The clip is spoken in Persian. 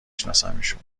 شناسمشون